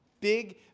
big